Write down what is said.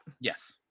Yes